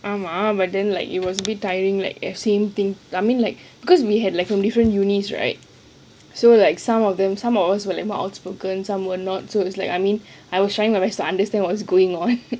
ஆமா:aamaa but then like it was be tiring like the same thing I mean like because we had like from different units right so like some of them some of us were more outspoken some were not so it's like I mean I was trying to understand what's going on